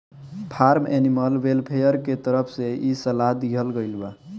form animal welfare के तरफ से इ सलाह दीहल गईल बा